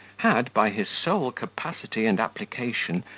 had, by his sole capacity and application,